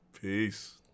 Peace